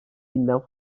binden